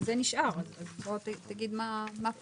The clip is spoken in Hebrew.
אבל זה נשאר, אז זה תגיד מה פה?